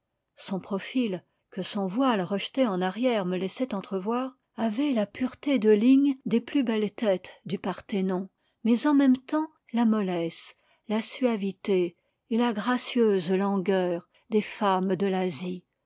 son profil que son voile rejeté en arrière me laissait entrevoir avait la pureté de lignes des plus belles têtes du parthénon mais en même temps la mollesse la suavité et la gracieuse langueur des femmes de l'asie